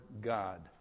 God